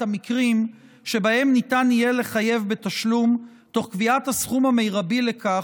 את המקרים שבהם ניתן יהיה לחייב בתשלום תוך קביעת הסכום המרבי לכך,